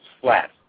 flat